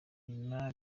nyuma